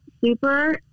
super